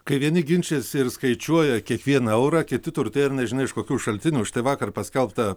kai vieni ginčijasi ir skaičiuoja kiekvieną eurą kiti turtėja ar nežinai iš kokių šaltinių štai vakar paskelbta